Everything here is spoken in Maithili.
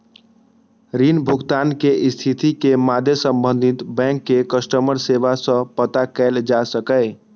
ऋण भुगतान के स्थिति के मादे संबंधित बैंक के कस्टमर सेवा सं पता कैल जा सकैए